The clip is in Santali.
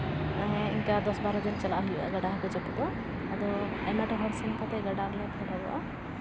ᱦᱮᱸ ᱤᱱᱠᱟ ᱫᱚᱥ ᱵᱟᱨᱚ ᱡᱚᱱ ᱪᱟᱞᱟᱜ ᱦᱩᱭᱩᱜᱼᱟ ᱜᱟᱰᱟ ᱦᱟᱹᱠᱩ ᱪᱟᱯᱚ ᱫᱚ ᱟᱫᱚ ᱟᱭᱢᱟ ᱰᱷᱮᱨ ᱦᱚᱲ ᱥᱮᱱ ᱠᱟᱛᱮᱫ ᱜᱟᱰᱟ ᱨᱮᱞᱮ ᱯᱷᱮᱰᱚᱜᱚᱜᱼᱟ